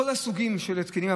כל מיני סוגים של התקנים,